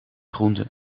groenten